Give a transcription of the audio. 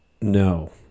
no